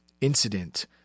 incident